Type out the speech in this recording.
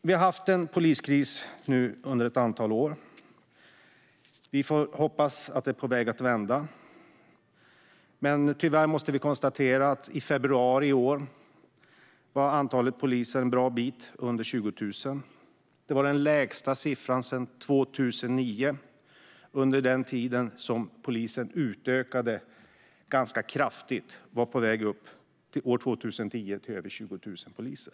Vi har haft en poliskris under ett antal år. Vi får hoppas att den är på väg att vända. Men tyvärr måste vi konstatera att i februari i år var antalet poliser en bra bit under 20 000. Det var den lägsta siffran sedan 2009. År 2010 utökades polisen ganska kraftigt; antalet poliser ökade till över 20 000 poliser.